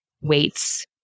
weights